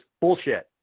Bullshit